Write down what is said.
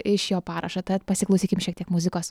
iš jo parašo tad pasiklausykim šiek tiek muzikos